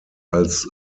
als